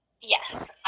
yes